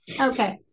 Okay